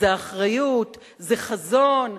זה אחריות, זה חזון.